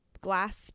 glass